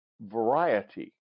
variety